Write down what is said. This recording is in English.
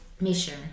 mission